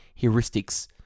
heuristics